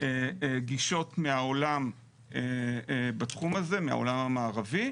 גישות מהעולם בתחום הזה, מהעולם המערבי.